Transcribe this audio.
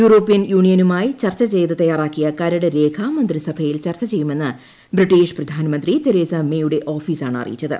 European യൂണിയനുമായി ചർച്ച ചെയ്ത് തയ്യാറാക്കിയ കരട് രേഖ മന്ത്രിസഭയിൽ ചർച്ച ചെയ്യുമെന്ന് ബ്രിട്ടീഷ് പ്രധാനമന്ത്രി തെരേസ മേ യുടെ ഓഫീസാണ് അറിയിച്ചത്